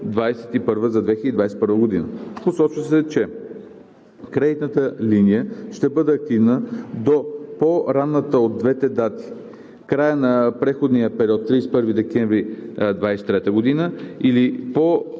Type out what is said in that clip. за 2021 г. Посочва се, че кредитната линия ще бъде активна до по-ранната от двете дати – края на преходния период 31 декември 2023 г., или по-ранното